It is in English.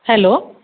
hello